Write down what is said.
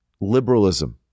liberalism